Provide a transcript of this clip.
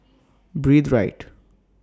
Breathe Right